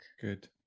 good